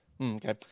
Okay